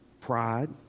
Pride